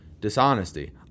Dishonesty